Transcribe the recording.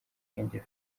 bwenge